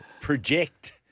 project